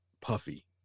puffy